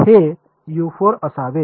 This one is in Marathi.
हे असावे